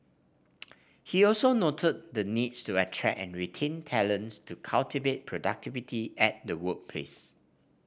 he also noted the need to attract and retain talent to cultivate productivity at the workplace